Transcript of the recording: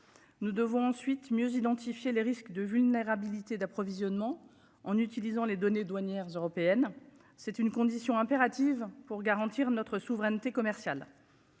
Nous devons ensuite mieux identifier les risques de vulnérabilité d'approvisionnement en utilisant les données douanières européennes c'est une condition impérative pour garantir notre souveraineté commerciale.